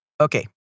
Okay